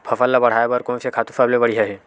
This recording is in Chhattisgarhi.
फसल ला बढ़ाए बर कोन से खातु सबले बढ़िया हे?